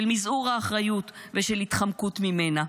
של מזעור האחריות ושל התחמקות ממנה.